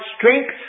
strength